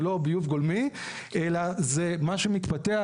זה לא ביוב גולמי אלא זה מה שמתפתח,